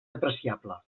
apreciable